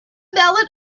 valid